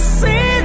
see